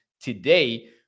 today